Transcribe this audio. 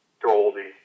Goldie